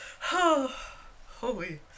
holy